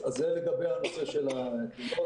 זה לגבי הנושא של התלונות.